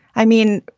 i mean,